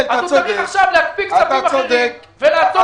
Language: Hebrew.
אז הוא צריך עכשיו להקפיא דברים אחרים ולעצור